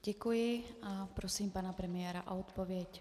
Děkuji a prosím pana premiéra o odpověď.